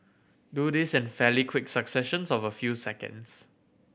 do this in fairly quick successions of a few seconds